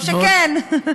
או שכן.